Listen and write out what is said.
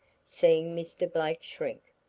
seeing mr. blake shrink,